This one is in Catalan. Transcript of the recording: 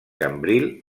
cambril